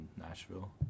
Nashville